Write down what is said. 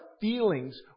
feelings